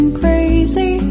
crazy